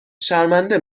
شرمنده